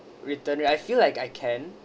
return I feel like I can